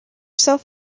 self